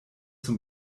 zum